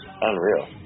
unreal